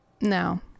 No